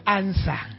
answer